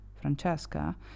francesca